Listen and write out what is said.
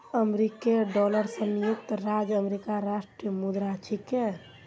अमेरिकी डॉलर संयुक्त राज्य अमेरिकार राष्ट्रीय मुद्रा छिके